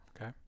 okay